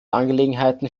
angelegenheiten